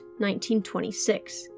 1926